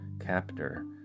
captor